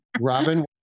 Robin